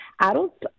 Adults